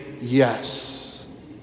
yes